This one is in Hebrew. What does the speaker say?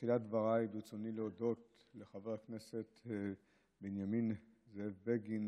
בתחילת דבריי ברצוני להודות לחבר הכנסת זאב בנימין בגין